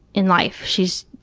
in life. she's,